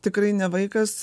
tikrai ne vaikas